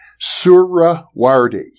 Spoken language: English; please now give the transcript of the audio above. Surawardi